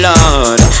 Lord